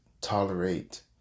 tolerate